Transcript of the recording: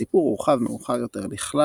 הסיפור הורחב מאוחר יותר לכלל